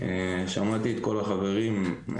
שמעתי את כל החברים.